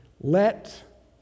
Let